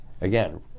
Again